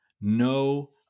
No